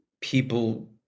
people